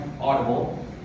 Audible